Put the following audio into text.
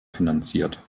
finanziert